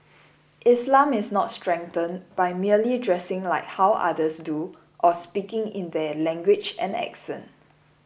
Islam is not strengthened by merely dressing like how others do or speaking in their language and accent